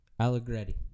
Allegretti